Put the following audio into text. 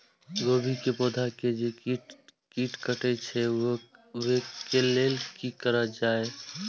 गोभी के पौधा के जे कीट कटे छे वे के लेल की करल जाय?